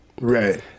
right